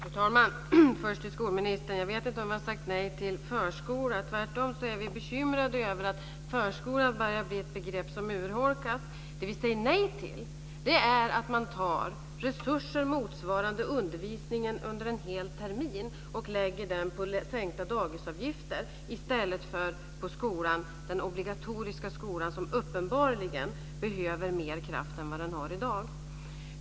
Fru talman! Först till skolministern: Jag vet inte om jag har sagt nej till förskola. Tvärtom är vi bekymrade över att förskolan börjar att bli ett begrepp som urholkas. Det vi säger nej till är att man tar resurser motsvarande undervisningen under en hel termin och lägger den på sänkta dagisavgifter i stället för på den obligatoriska skolan, som uppenbarligen behöver mer kraft än vad den har i dag.